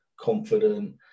confident